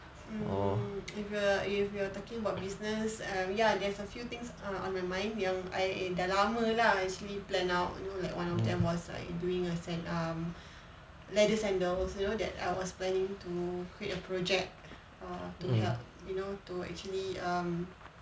mm if you're if you are talking about business um ya there's a few things err on my mind yang I lama lah actually plan out you know like one of them was like doing a set up leather sandals you know that I was planning to create a project err to help you know to actually um